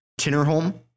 Tinnerholm